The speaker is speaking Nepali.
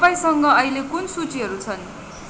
तपाईँसँग अहिले कुन सूचीहरू छन्